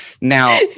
Now